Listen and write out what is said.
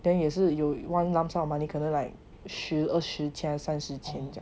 then 也是有 one lump sum of money 可能 like 十二十千